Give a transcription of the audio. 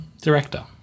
director